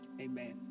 amen